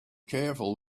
careful